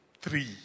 three